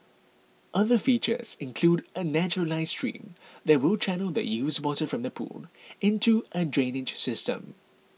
other features include a naturalized stream that will channel the used water from the pool into a drainage system